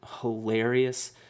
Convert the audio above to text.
hilarious